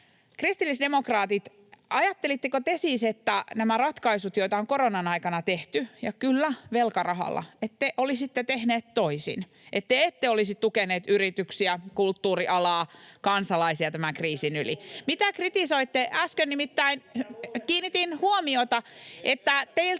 Kristillisdemokraatit, ajattelitteko te siis näistä ratkaisuista, joita on koronan aikana tehty — ja kyllä, velkarahalla — että te olisitte tehneet toisin, että te ette olisi tukeneet yrityksiä, kulttuurialaa, kansalaisia tämän kriisin yli, [Ben Zyskowicz: Mitäs luulette? Mitä